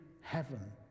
heaven